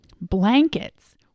Blankets